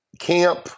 camp